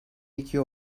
iki